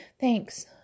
Thanks